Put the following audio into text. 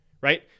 Right